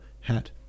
hat